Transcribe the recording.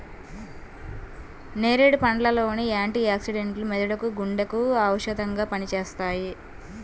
నేరేడు పండ్ల లోని యాంటీ ఆక్సిడెంట్లు మెదడుకు, గుండెకు ఔషధంగా పనిచేస్తాయి